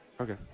Okay